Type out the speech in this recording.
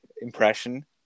impression